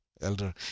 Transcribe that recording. elder